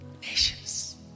nations